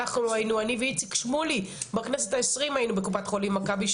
אנחנו היינו אני ואיציק שמולי בכנסת ה-20 היינו בקופת חולים מכבי,